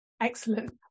Excellent